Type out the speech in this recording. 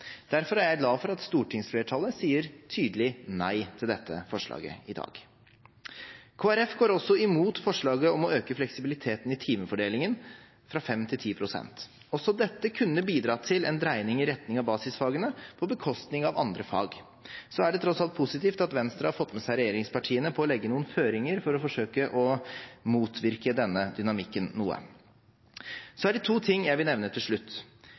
Derfor er jeg glad for at stortingsflertallet sier tydelig nei til dette forslaget i dag. Kristelig Folkeparti går også imot forslaget om å øke fleksibiliteten i timefordelingen fra 5 pst. til 10 pst. Også dette kunne bidratt til en dreining i retning av basisfagene på bekostning av andre fag. Det er tross alt positivt at Venstre har fått med seg regjeringspartiene på å legge noen føringer for å forsøke å motvirke denne dynamikken noe. Det er to ting jeg vil nevne til slutt: